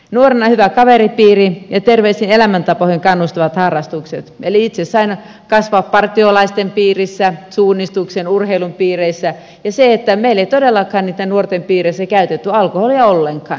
nuorena oli hyvä kaveripiiri ja terveellisiin elämäntapoihin kannustavat harrastukset eli itse sain kasvaa partiolaisten piirissä suunnistuksen urheilun piireissä ja meillä ei todellakaan niiden nuorten piireissä käytetty alkoholia ollenkaan